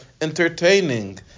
entertaining